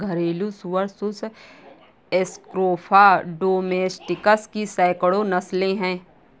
घरेलू सुअर सुस स्क्रोफा डोमेस्टिकस की सैकड़ों नस्लें हैं